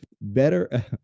Better